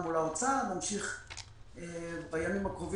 אני לא יכולה לחשוב איך נהיה גם בלי הים.